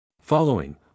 Following